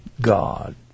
God